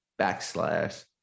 backslash